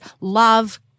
love